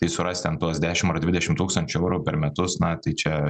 tai surast ten tuos dešim ar dvidešim tūkstančių eurų per metus na tai čia